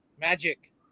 Magic